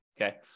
Okay